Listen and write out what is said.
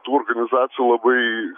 tų organizacijų labai